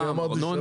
אני אמרתי שלא?